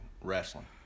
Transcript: wrestling